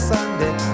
Sunday